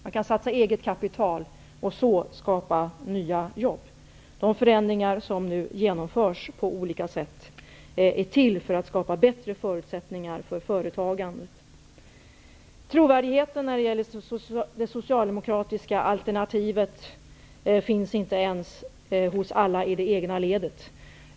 Man kan satsa eget kapital, och på det sättet skapa nya jobb. De förändringar som nu på olika sätt genomförs är till för att skapa bättre förutsättningar för företagen. Trovärdigheten när det gäller det socialdemokratiska alternativet finns inte ens hos alla inom det egna ledet.